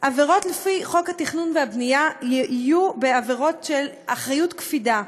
עבירות לפי חוק התכנון והבנייה יהיו עבירות של אחריות קפידה,